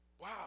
wow